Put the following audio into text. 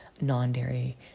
non-dairy